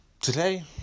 Today